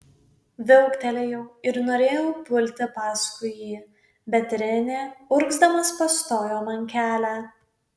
viauktelėjau ir norėjau pulti paskui jį bet renė urgzdamas pastojo man kelią